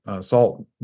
salt